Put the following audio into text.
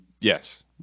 Yes